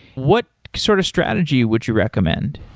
what sort of strategy would you recommend?